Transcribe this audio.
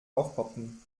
aufpoppen